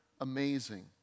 amazing